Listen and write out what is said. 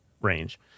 range